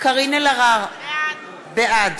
קארין אלהרר, בעד